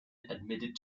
admitted